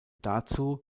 dazu